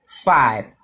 five